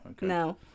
No